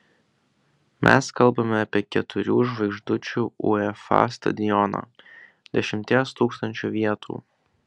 mes kalbame apie keturių žvaigždučių uefa stadioną dešimties tūkstančių vietų